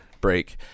break